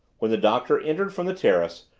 when the doctor entered from the terrace,